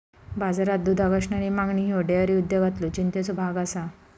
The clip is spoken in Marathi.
बाजारात दुधाक असणारी मागणी ह्यो डेअरी उद्योगातलो चिंतेचो भाग आसा